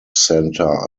center